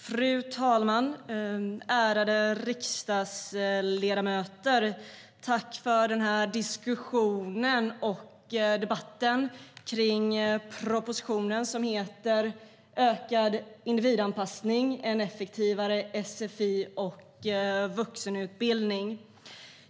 Fru talman! Ärade riksdagsledamöter! Jag tackar för möjligheten till diskussion och debatt kring propositionen Ökad individanpassning - en effektivare sfi och vuxenutbildning .